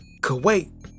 Kuwait